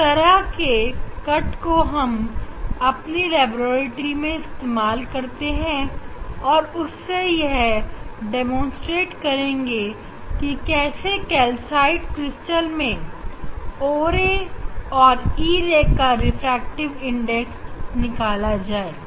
इस तरह के कट को हम अपनी लेबोरेटरी में इस्तेमाल करेंगे और उससे यह डेमोंस्ट्रेट करेंगे कि कैसे कैल्साइट क्रिस्टल में o ray और e ray का रिफ्रैक्टिव इंडेक्स निकाला जाए